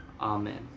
Amen